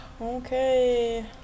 Okay